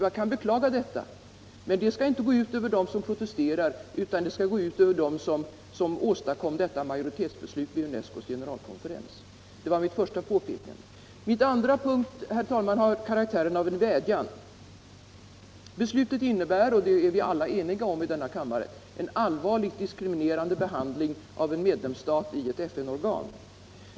Man kan beklaga detta, men det skall inte gå ut över dem som protesterar, utan det skall gå ut över dem som åstadkom detta majoritetsbeslut i UNESCO:s generalkonferens. — Det var mitt första påpekande. Det andra har karaktären av en vädjan. Beslutet innebär — det är vi alla eniga om i denna kammare — en allvarlig diskriminerande behandling av en medlemsstat i ett FN-organ.